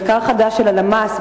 מחקר חדש של הלמ"ס,